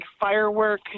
firework